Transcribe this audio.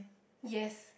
yes